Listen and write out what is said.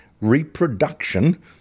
Reproduction